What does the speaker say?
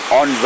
on